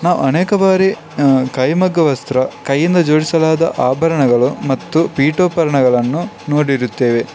ನಾವು ಅನೇಕ ಬಾರಿ ಕೈಮಗ್ಗ ವಸ್ತ್ರ ಕೈಯಿಂದ ಜೋಡಿಸಲಾದ ಆಭಾರಣಗಳು ಮತ್ತು ಪೀಠೋಪಕರ್ಣಗಳನ್ನು ನೋಡಿರುತ್ತೇವೆ